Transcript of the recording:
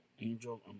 Angel